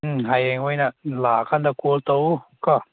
ꯎꯝ ꯍꯌꯦꯡ ꯑꯣꯏꯅ ꯂꯥꯛꯑꯀꯥꯟꯗ ꯀꯣꯜ ꯇꯧꯑꯣ ꯀꯣ